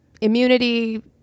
immunity